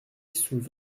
sous